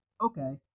okay